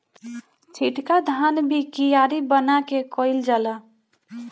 छिटका धान भी कियारी बना के कईल जाला